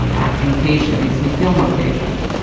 um acting patient makes me feel more patient.